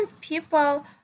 people